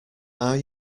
are